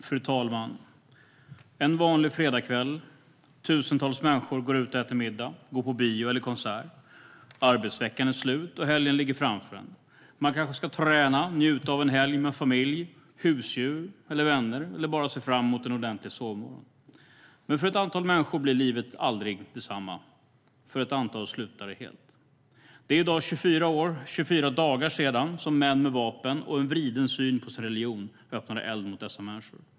Fru talman! Det är en vanlig fredagskväll. Tusentals människor går ut och äter middag, går på bio eller på konsert. Arbetsveckan är slut, och helgen ligger framför en. Man kanske ska träna, njuta av en helg med familj, husdjur eller vänner eller bara ser fram emot en ordentlig sovmorgon. Men för ett antal människor blir livet aldrig detsamma. För ett antal slutar det helt. Det är i dag 24 dagar sedan män med vapen och en vriden syn på sin religion öppnade eld mot dessa människor.